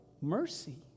mercy